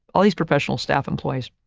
all these professional staff employees?